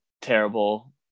terrible